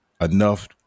enough